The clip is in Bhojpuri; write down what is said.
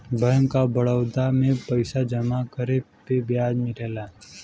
बैंक ऑफ बड़ौदा में पइसा जमा करे पे ब्याज मिलला